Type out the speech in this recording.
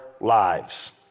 lives